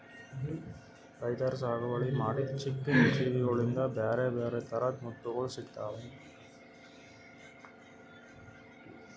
ರೈತರ್ ಸಾಗುವಳಿ ಮಾಡಿದ್ದ್ ಚಿಪ್ಪಿನ್ ಜೀವಿಗೋಳಿಂದ ಬ್ಯಾರೆ ಬ್ಯಾರೆ ಥರದ್ ಮುತ್ತುಗೋಳ್ ಸಿಕ್ತಾವ